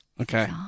Okay